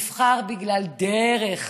נבחר בגלל דרך,